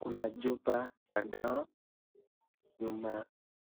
Kuna chupa za dawa, nyuma